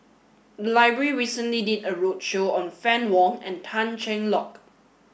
the library recently did a roadshow on Fann Wong and Tan Cheng Lock